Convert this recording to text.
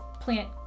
plant